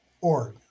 org